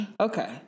Okay